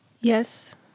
yes